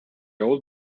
old